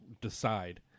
Decide